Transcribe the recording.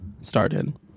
started